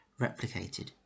replicated